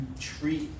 treat